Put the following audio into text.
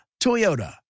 Toyota